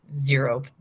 zero